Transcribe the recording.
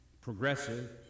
progressive